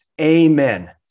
Amen